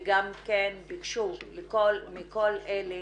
וגם כן ביקשו מכל אלה